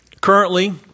Currently